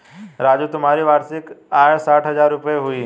राजू तुम्हारी वार्षिक आय साठ हज़ार रूपय हुई